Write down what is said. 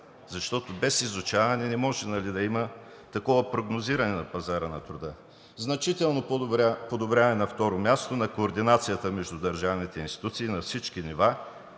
защото без изучаване не може да има такова прогнозиране на пазара на труда. На второ място, значително подобряване на координацията между държавните институции на всички нива